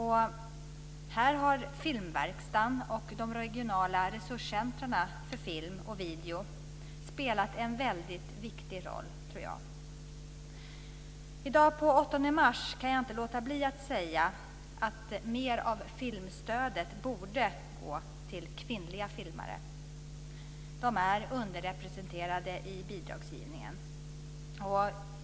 Här har Filmverkstan och de regionala resurscentrerna för film och video spelat en viktig roll, tror jag. I dag, den 8 mars, kan jag inte låta bli att säga att mer av filmstödet borde gå till kvinnliga filmare. De är underrepresenterade i bidragsgivningen.